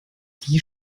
die